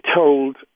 told